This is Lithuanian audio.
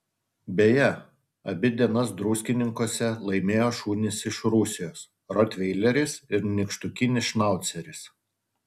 beje abi dienas druskininkuose laimėjo šunys iš rusijos rotveileris ir nykštukinis šnauceris